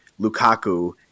Lukaku